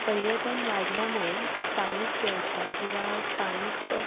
पर्यटन वाढल्यामुळे स्थानिक व्यवसाय किंवा स्थानिक